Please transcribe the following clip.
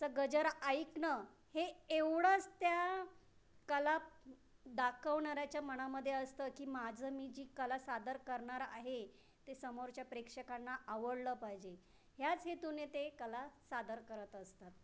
चा गजर ऐकणं हे एवढंच त्या कला दाखवणाऱ्याच्या मनामध्ये असतं की माझं मी जी कला सादर करणार आहे ते समोरच्या प्रेक्षकांना आवडलं पाहिजे ह्याच हेतूने ते कला सादर करत असतात